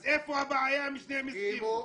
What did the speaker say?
אז איפה הבעיה אם שניהם הסכימו?